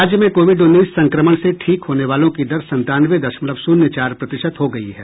राज्य में कोविड उन्नीस संक्रमण से ठीक होने वालों की दर संतानवे दशमलव शून्य चार प्रतिशत हो गयी है